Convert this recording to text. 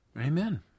Amen